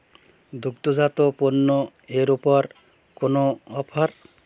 দুগ্ধজাত পণ্য এর ওপর কোনো অফার